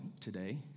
today